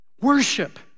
Worship